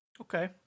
Okay